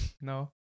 No